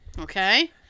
Okay